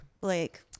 Blake